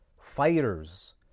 fighters